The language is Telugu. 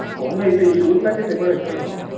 పోంగా ఇటు ఈ రూట్లోకెళ్ళి ఎవ్వడు ఎక్కడు మావా